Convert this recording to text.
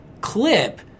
clip